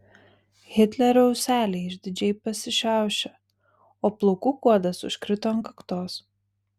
hitlerio ūseliai išdidžiai pasišiaušė o plaukų kuodas užkrito ant kaktos